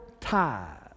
tithes